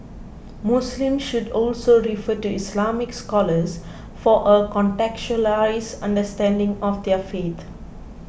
muslims should also refer to Islamic scholars for a contextualised understanding of their faith